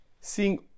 seeing